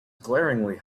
glaringly